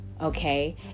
okay